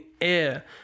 air